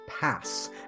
Pass